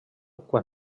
quan